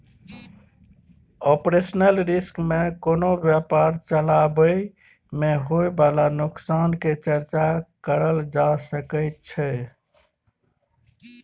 operational risk में कोनो व्यापार चलाबइ में होइ बाला नोकसान के चर्चा करल जा सकइ छइ